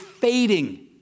fading